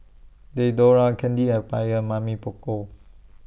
Diadora Candy Empire Mamy Poko